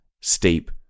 steep